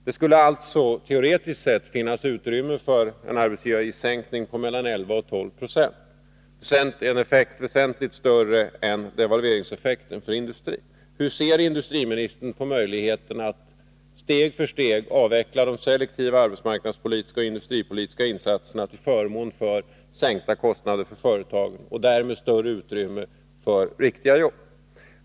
Det skulle alltså teoretiskt sett finnas utrymme för en arbetsgivaravgiftssänkning på mellan 11 och 12 26, vilket skulle ge en effekt som är väsentligt större än devalveringseffekten för industrin. Hur ser industriministern på möjligheterna att steg för steg avveckla de selektiva arbetsmarknadsoch industripolitiska insatserna, till förmån för sänkta kostnader för företagen och därmed större utrymme för riktiga jobb?